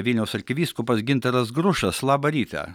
vilniaus arkivyskupas gintaras grušas labą rytą